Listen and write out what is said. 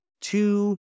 two